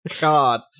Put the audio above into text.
god